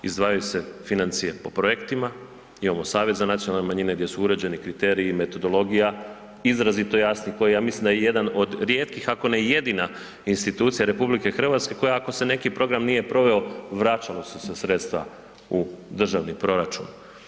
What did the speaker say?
Izdvajaju se financije po projektima, imamo Savez za nacionalne manjine gdje su uređeni kriteriji, metodologija, izrazito jasni koji ja mislim da je jedan od rijetkih ako ne i jedina institucija RH koja ako se neki program nije proveo, vraćala su se sredstva u državni proračun.